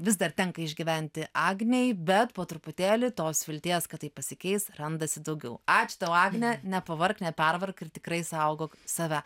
vis dar tenka išgyventi agnei bet po truputėlį tos vilties kad tai pasikeis randasi daugiau ačiū tau agne nepavark nepervark ir tikrai saugok save